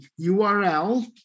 URL